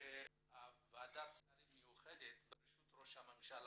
וועדת שרים מיוחדת בראשות ראש הממשלה,